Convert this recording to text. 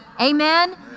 Amen